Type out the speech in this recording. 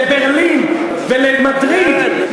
לברלין ולמדריד,